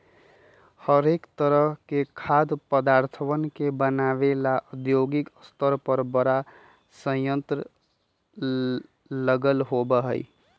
हरेक तरह के खाद्य पदार्थवन के बनाबे ला औद्योगिक स्तर पर बड़ा संयंत्र लगल होबा हई